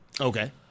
Okay